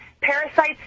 Parasites